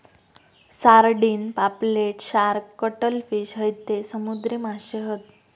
sardine, पापलेट, shark, cuttlefish हयते समुद्री माशे हत